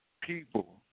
people